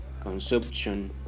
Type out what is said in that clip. consumption